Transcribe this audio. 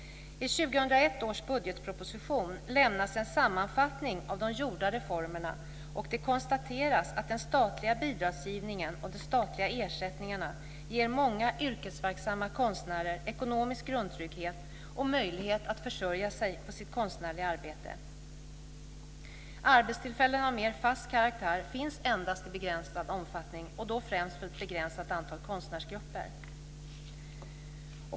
I 2001 års budgetproposition lämnas en sammanfattning av de gjorda reformerna, och det konstateras att den statliga bidragsgivningen och de statliga ersättningarna ger många yrkesverksamma konstnärer ekonomisk grundtrygghet och möjlighet att försörja sig på sitt konstnärliga arbete. Arbetstillfällen av mer fast karaktär finns endast i begränsad omfattning och då främst för ett begränsat antal konstnärsgrupper.